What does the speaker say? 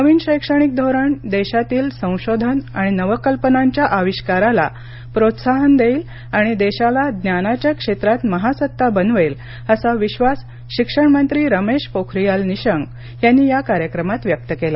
नवीन शैक्षणिक धोरण देशातली संशोधन आणि नवकल्पनांच्या आविष्काराला प्रोत्साहन देईल आणि देशाला ज्ञानाच्या क्षेत्रात महासत्ता बनवेल असा विबास शिक्षण मंत्री रमेश पोखरियाल निशंक यांनी या कार्यक्रमात व्यक्त केला